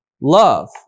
love